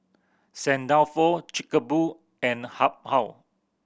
Saint Dalfour Chic a Boo and Habhal